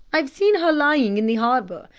i've seen her lying in the harbour.